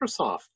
Microsoft